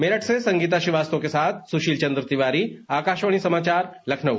मेरठ से संगीता श्रीवास्तव के साथ सुशील चंद्र तिवारी आकाशवाणी समाचार लखनऊ